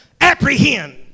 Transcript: apprehend